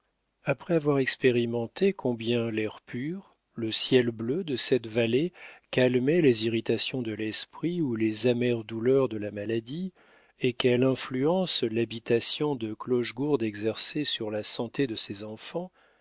après avoir expérimenté combien l'air pur le ciel bleu de cette vallée calmaient les irritations de l'esprit ou les amères douleurs de la maladie et quelle influence l'habitation de clochegourde exerçait sur la santé de ses enfants